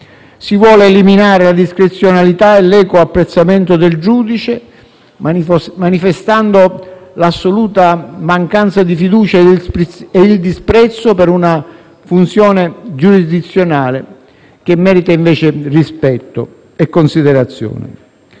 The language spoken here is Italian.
si vuole eliminare la discrezionalità e l'equo apprezzamento del giudice, manifestando l'assoluta mancanza di fiducia e il disprezzo per una funzione giurisdizionale, che merita invece rispetto e considerazione.